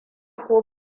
ko